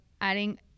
adding